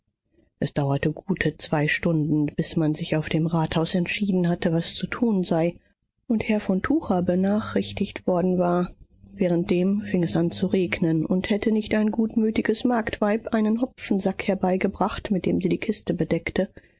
es dauerte gute zwei stunden bis man sich auf dem rathaus entschieden hatte was zu tun sei und herr von tucher benachrichtigt worden war währenddem fing es an zu regnen und hätte nicht ein gutmütiges marktweib einen hopfensack herbeigebracht mit dem sie die kiste bedeckte